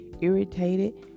irritated